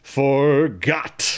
forgot